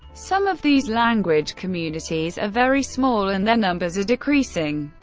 some of these language communities are very small and their numbers are decreasing.